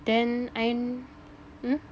then I'm mm